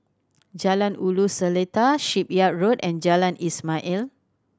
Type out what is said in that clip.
Jalan Ulu Seletar Shipyard Road and Jalan Ismail